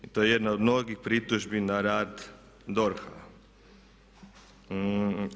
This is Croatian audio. To je jedna od mnogih pritužbi na rad DORH-a.